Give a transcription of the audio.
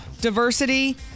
Diversity